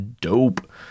dope